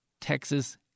Texas